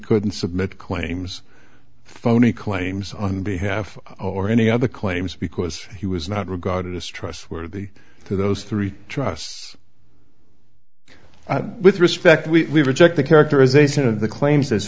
couldn't submit claims phony claims on behalf of or any other claims because he was not regarded as trustworthy to those three trusts with respect we reject the characterization of the claims as